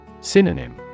Synonym